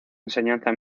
enseñanza